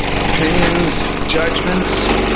opinions, judgements,